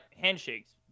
handshakes